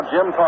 Jim